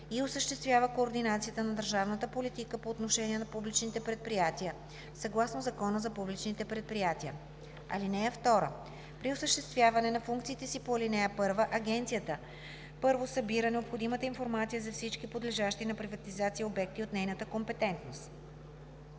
и осъществява координацията на държавната политика по отношение на публичните предприятия съгласно Закона за публичните предприятия. (2) При осъществяване на функциите си по ал. 1 Агенцията: 1. събира необходимата информация за всички подлежащи на приватизация обекти от нейната компетентност;